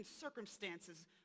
circumstances